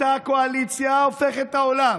אותה קואליציה הופכת את העולם